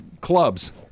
clubs